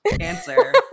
answer